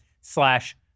slash